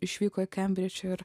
išvyko į kembridžą ir